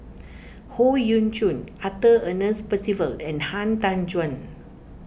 Howe Yoon Chong Arthur Ernest Percival and Han Tan Juan